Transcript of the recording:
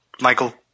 Michael